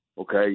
okay